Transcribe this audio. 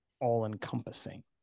all-encompassing